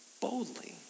boldly